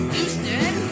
Houston